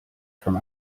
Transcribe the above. from